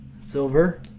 Silver